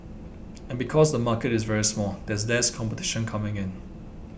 and because the market is very small there's less competition coming in